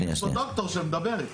יש פה דוקטור שמדברת.